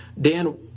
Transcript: Dan